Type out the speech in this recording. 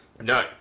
No